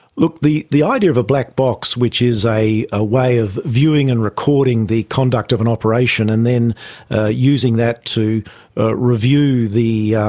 look, the the idea of a black box, which is a way of viewing and recording the conduct of an operation and then using that to review the